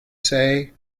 say